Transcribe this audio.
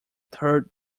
third